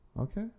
Okay